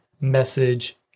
message